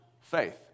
faith